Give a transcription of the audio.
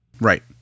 Right